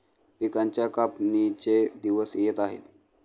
पिकांच्या कापणीचे दिवस येत आहेत